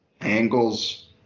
Angles